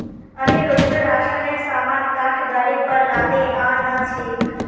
अनिरुद्ध राशनेर सामान काठ गाड़ीर पर लादे आ न छेक